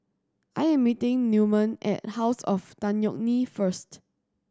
I am meeting Newman at House of Tan Yeok Nee first